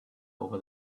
over